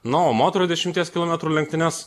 na o moterų dešimties kilometrų lenktynes